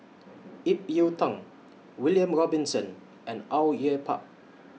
Ip Yiu Tung William Robinson and Au Yue Pak